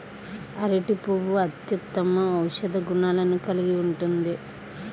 అరటి పువ్వు అత్యుత్తమ ఔషధ గుణాలను కలిగి ఉంటుంది